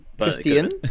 Christian